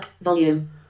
Volume